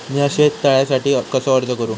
मीया शेत तळ्यासाठी कसो अर्ज करू?